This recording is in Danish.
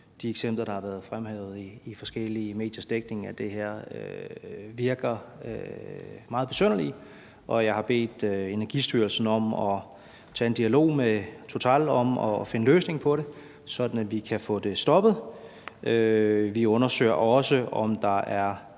de eksempler, der har været fremhævet i forskellige mediers dækning af det her, virker meget besynderlige, og jeg har bedt Energistyrelsen om at tage en dialog med Total om at finde en løsning på det, sådan at vi kan få det stoppet. Vi undersøger også, om der er